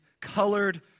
colored